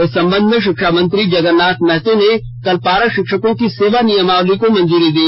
इस संबंध में शिक्षा मंत्री जगरनाथ महतो ने कल पारा शिक्षकों की सेवा नियमावली को मंजूरी दी